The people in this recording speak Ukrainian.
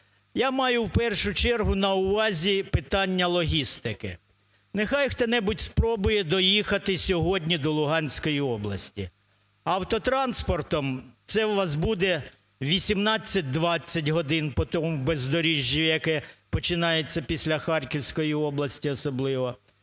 Я маю в першу чергу на увазі питання логістики. Нехай хто-небудь спробує доїхати сьогодні до Луганської області. Автотранспортом це у вас буде 18-20 годин по тому бездоріжжю, яке починається після Харківської області особливо.